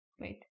Wait